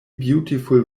beautiful